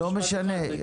לא משנה.